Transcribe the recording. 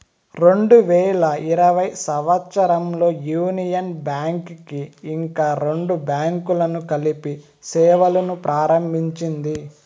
రెండు వేల ఇరవై సంవచ్చరంలో యూనియన్ బ్యాంక్ కి ఇంకా రెండు బ్యాంకులను కలిపి సేవలును ప్రారంభించింది